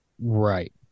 right